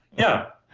yeah,